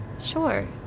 Sure